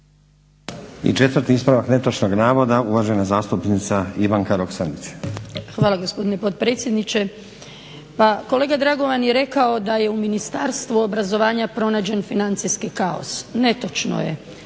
I četvrti ispravak netočnog navoda uvažena zastupnica Ivanka Roksandić. **Roksandić, Ivanka (HDZ)** Hvala gospodine potpredsjedniče. Pa kolega Dragovan je rekao da je u Ministarstvu obrazovanja pronađen financijski kaos. Netočno je,